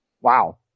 Wow